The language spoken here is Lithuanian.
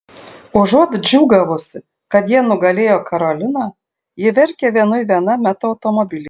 užuot džiūgavusi kad jie nugalėjo karoliną ji verkia vienui viena meto automobilyje